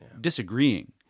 disagreeing